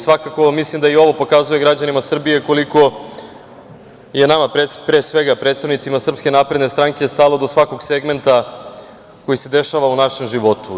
Svakako mislim da i ovo pokazuje građanima Srbije koliko je nama, pre svega predstavnicima SNS, stalo do svakog segmenta koji se dešava u našem životu.